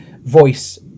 voice